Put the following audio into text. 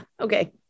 Okay